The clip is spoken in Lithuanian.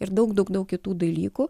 ir daug daug daug kitų dalykų